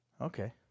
Okay